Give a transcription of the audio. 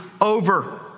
over